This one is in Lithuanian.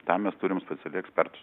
tam mes turim specialiai ekspertus